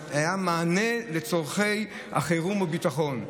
היה מענה לצורכי החירום וביטחון,